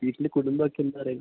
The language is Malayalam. വീട്ടിൽ കുടുംബം ഒക്കെ എന്ത് പറയുന്നു